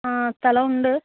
ആഹ് സ്ഥലം ഉണ്ട്